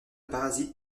parasites